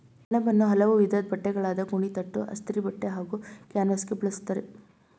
ಸೆಣಬನ್ನು ಹಲವು ವಿಧದ್ ಬಟ್ಟೆಗಳಾದ ಗೋಣಿತಟ್ಟು ಅಸ್ತರಿಬಟ್ಟೆ ಹಾಗೂ ಕ್ಯಾನ್ವಾಸ್ಗೆ ಬಳುಸ್ತರೆ